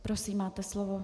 Prosím, máte slovo.